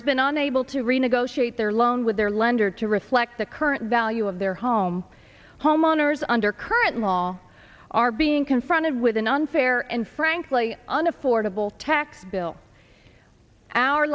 has been unable to renegotiate their loan with their lender to reflect the current value of their home homeowners under current law are being confronted with an unfair and frankly an affordable tax bill our